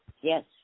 Yes